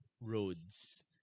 roads